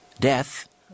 death